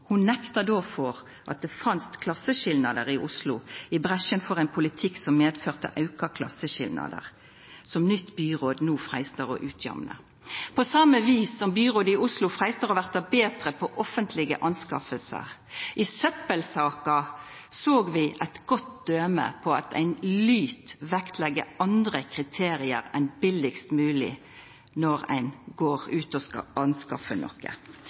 nekta då for at det fanst klasseskilnader i Oslo – og gjekk i bresjen for ein politikk som førte med seg auka klasseskilnader, som nytt byråd no freistar å utjamna, på same vis som byrådet i Oslo freistar å bli betre på offentlege nyskaffingar. I søppelsaka såg vi eit godt døme på at ein lyt leggja vekt på andre kriterium enn billegast mogleg når ein